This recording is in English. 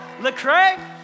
Lecrae